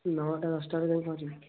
ନଟା ଦଶଟାରେ ଯାଇ ପହଞ୍ଚିବୁ